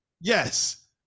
Yes